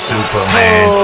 Superman